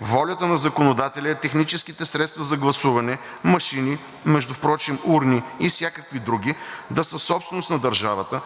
Волята на законодателя е техническите средства за гласуване – машини, както впрочем и урни и всякакви други, да са собственост на държавата,